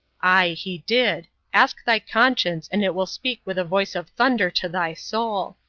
aye, he did. ask thy conscience, and it will speak with a voice of thunder to thy soul.